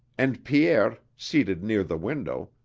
and pierre, seated near the window,